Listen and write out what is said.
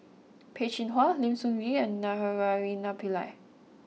Peh Chin Hua Lim Sun Gee and Naraina Pillai